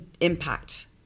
impact